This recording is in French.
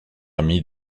amie